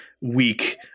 week